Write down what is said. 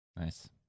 Nice